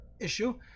issue